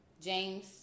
James